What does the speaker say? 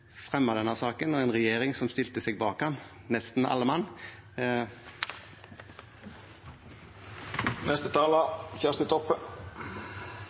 denne saken, og en regjering som stilte seg bak den, nesten